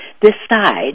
decide